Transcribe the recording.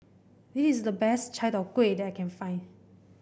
this is the best Chai Tow Kuay that I can find